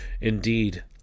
indeed